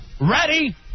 Ready